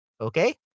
Okay